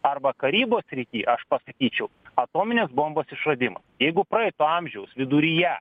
arba karybos srity aš pasakyčiau atominės bombos išradimas jeigu praeito amžiaus viduryje